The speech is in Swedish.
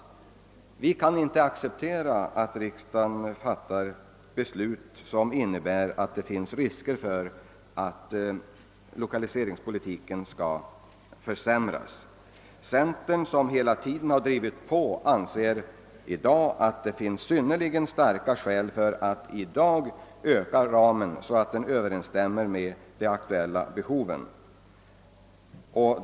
Vi kan inte acceptera att riksdagen fattar beslut som innebär att det finns risker för att lokaliseringspolitiken skall försämras. Centern, som hela tiden har drivit på, anser att det finns synnerligen starka skäl för att i dag vidga ramen, så att den överensstämmer med de aktuella behoven.